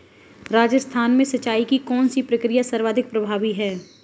राजस्थान में सिंचाई की कौनसी प्रक्रिया सर्वाधिक प्रभावी है?